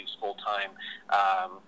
full-time